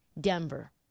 Denver